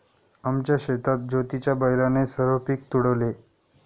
आमच्या शेतात ज्योतीच्या बैलाने सर्व पीक तुडवले